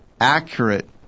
accurate